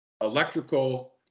electrical